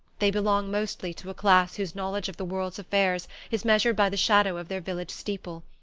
they belong mostly to a class whose knowledge of the world's affairs is measured by the shadow of their village steeple.